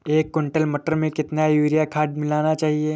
एक कुंटल मटर में कितना यूरिया खाद मिलाना चाहिए?